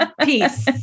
peace